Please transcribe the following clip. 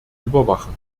überwachen